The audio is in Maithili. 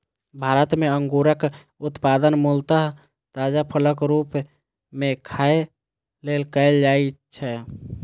भारत मे अंगूरक उत्पादन मूलतः ताजा फलक रूप मे खाय लेल कैल जाइ छै